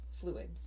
fluids